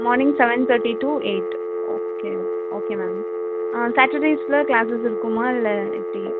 morning seven thirty to eight okay okay ma'am ah சேட்டர்டேஸில் classes இருக்குமா இல்லை எப்படி